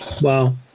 Wow